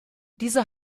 diese